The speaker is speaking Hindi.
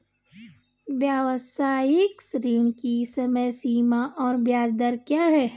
व्यावसायिक ऋण की समय सीमा और ब्याज दर क्या है?